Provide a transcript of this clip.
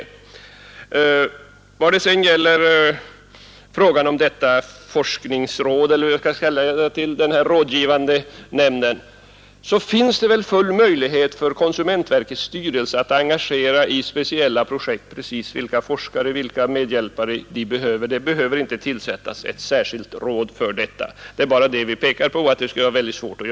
I vad sedan gäller frågan om detta forskningsråd eller rådgivande nämnd — vad man nu skall kalla det — finns det väl alla möjligheter för konsumentverkets styrelse att i speciella projekt engagera de forskare och medhjälpare man behöver. Det behöver inte tillsättas ett särskilt råd för det, vilket vi har påpekat skulle vara mycket svårt.